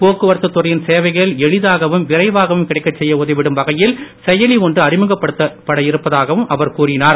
போக்குவரத்து துறையின் சேவைகள் எளிதாகவும் விரைவாகவும் கிடைக்கச் செய்ய உதவிடும் வகையில் செயலி ஒன்று அறிமுகப்படுத்தப்பட இருப்பதாகவும் அவர் கூறினார்